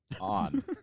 On